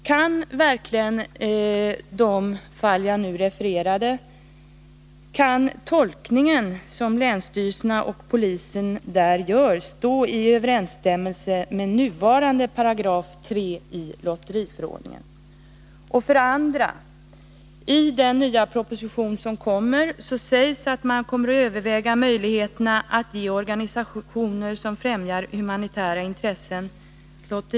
Kan verkligen i de fall jag nu refererade den tolkning som länsstyrelserna och polisen gjort stå i överensstämmelse med nuvarande 3§ i lotteriförordningen? 2. Det sägs att man i den nya proposition som kommer överväger möjligheterna att ge lotteritillstånd åt organisationer som främjar humanitära intressen.